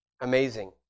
amazing